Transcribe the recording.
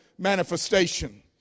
manifestation